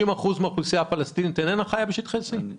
אחוזים מהאוכלוסייה הפלסטינית איננה בשטחי C?